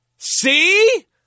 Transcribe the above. See